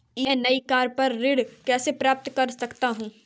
मैं नई कार पर ऋण कैसे प्राप्त कर सकता हूँ?